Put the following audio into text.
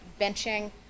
benching